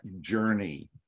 journey